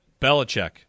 Belichick